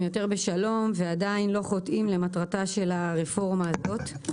יותר בשלום ועדין לא חוטאים למטרתה של הרפורמה הזאת.